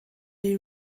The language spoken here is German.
die